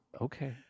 Okay